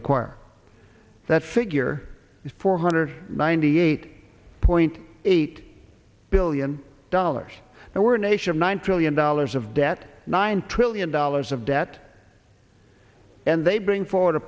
require that figure is four hundred ninety eight point eight billion dollars and we're a nation of one trillion dollars of debt nine trillion dollars of debt and they bring forward a